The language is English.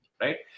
right